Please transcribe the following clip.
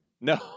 No